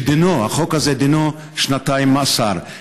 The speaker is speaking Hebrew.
בחוק הזה, דינו שנתיים מאסר.